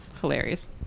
Hilarious